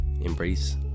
embrace